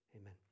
amen